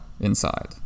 inside